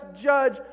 judge